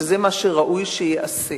שזה מה שראוי שייעשה.